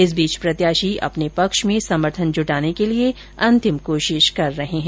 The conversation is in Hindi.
इस बीच प्रत्याशी अपने पक्ष में समर्थन जुटाने के लिए अंतिम कोशिश कर रहे है